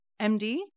MD